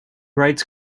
writes